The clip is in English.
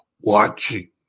watching